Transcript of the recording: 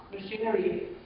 machinery